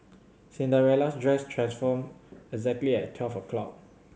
Cinderella's dress transformed exactly at twelve o'clock